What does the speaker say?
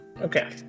Okay